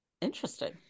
interesting